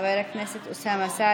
חבר הכנסת אחמד טיבי,